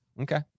Okay